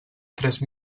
tres